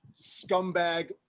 scumbag